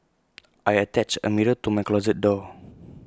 I attached A mirror to my closet door